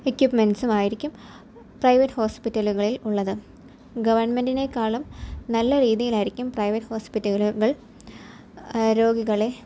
എക്വിപ്മെൻറ്റ്സും ആയിരിക്കും പ്രൈവറ്റ് ഹോസ്പിറ്റലുകളിൽ ഉള്ളത് ഗവൺമെൻറ്റിനേക്കാളും നല്ല രീതിയിലായിരിക്കും പ്രൈവറ്റ് ഹോസ്പിറ്റലുകൾ രോഗികളെ